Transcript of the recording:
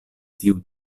tiu